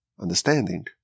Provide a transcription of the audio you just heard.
understanding